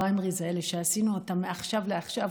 הפריימריז האלה שעשינו אותם מעכשיו לעכשיו,